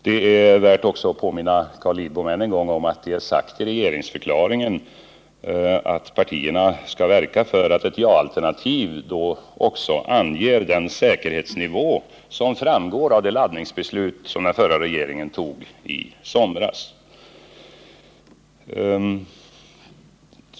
Det är också värt att än en gång påminna Carl Lidbom om att det är sagt i regeringsförklaringen att partierna skall verka för att ett ja-alternativ också anger den säkerhetsnivå som framgår av det laddningsbeslut som den förra regeringen fattade i somras.